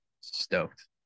stoked